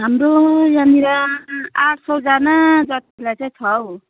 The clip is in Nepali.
हाम्रो यहाँनेर आठसयजना जतिलाई चाहिँ छ हौ